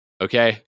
okay